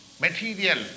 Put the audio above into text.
material